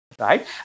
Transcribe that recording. right